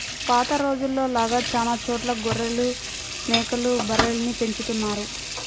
పాత రోజుల్లో లాగా చానా చోట్ల గొర్రెలు, మేకలు, బర్రెల్ని పెంచుతున్నారు